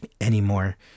anymore